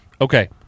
Okay